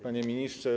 Panie Ministrze!